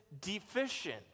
deficient